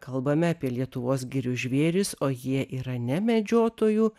kalbame apie lietuvos girių žvėris o jie yra ne medžiotojų